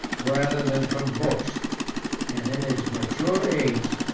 rather than from books and, in his mature age,